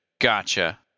Gotcha